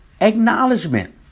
acknowledgement